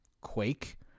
quake